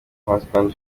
husband